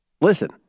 listen